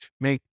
make